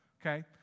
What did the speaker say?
okay